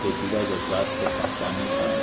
پیچچیدہ جذبات کو پہنچانے کا